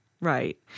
Right